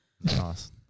Nice